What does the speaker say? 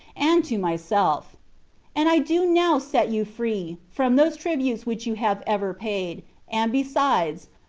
and to myself and i do now set you free from those tributes which you have ever paid and besides,